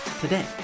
today